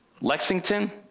Lexington